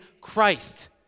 Christ